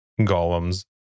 golems